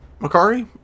Makari